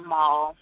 Mall